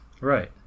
Right